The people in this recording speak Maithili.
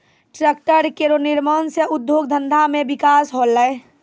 ट्रेक्टर केरो निर्माण सँ उद्योग धंधा मे बिकास होलै